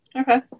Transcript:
okay